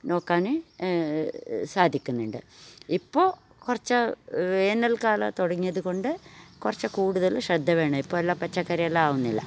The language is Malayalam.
നോക്കാൻ സാധിക്കുന്നുണ്ട് ഇപ്പോൾ കുറച്ച് വേനൽക്കാലം തുടങ്ങിയത് കൊണ്ട് കുറച്ച് കൂടുതൽ ശ്രദ്ധ വേണം ഇപ്പോൾ എല്ലാ പച്ചക്കറിയെല്ലാം ആവുന്നില്ല